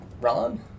Ron